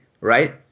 right